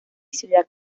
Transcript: ciudad